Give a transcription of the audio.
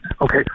Okay